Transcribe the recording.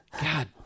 God